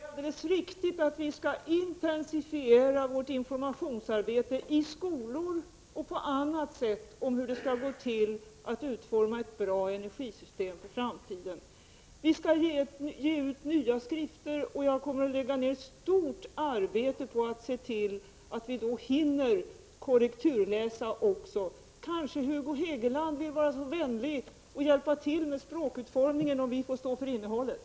Herr talman! Det är alldeles riktigt att vi skall intensifiera vår information, i skolor och på annat sätt, om hur det skall gå till att utforma ett bra energisystem för framtiden. Vi skall ge ut nya skrifter, och jag kommer att lägga ned stort arbete på att se till att vi då också hinner korrekturläsa texten. Hugo Hegeland kanske vill vara så vänlig och hjälpa till med den språkliga utformningen, så står vi för innehållet.